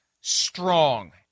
strong